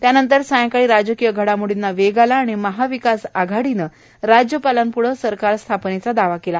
त्यानंतर सायंकाळी राजकीय घडामोडींना वेग आला आणि महाविकास आघाडीनं राज्यपालांपुढं सरकार स्थापनेचा दावा केला